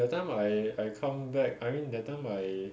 that time I I come back I mean that time I